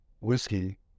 whiskey